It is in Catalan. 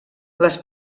les